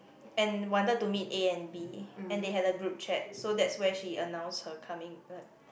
and wanted to meet A and B and they had a group chat so that's where she announced her coming what